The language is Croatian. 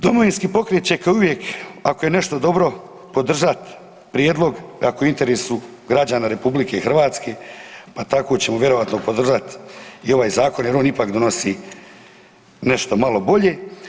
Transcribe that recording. Domovinski pokret će kao i uvijek ako je nešto dobro podržat prijedlog ako je u interesu građana RH, pa tako ćemo vjerojatno podržat i ovaj zakon jer on ipak donosi nešto malo bolje.